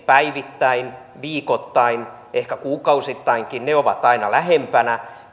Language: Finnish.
päivittäin viikoittain ehkä kuukausittainkin ovat aina lähempänä